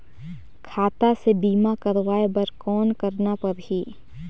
खाता से बीमा करवाय बर कौन करना परही?